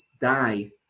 die